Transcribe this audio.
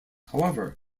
however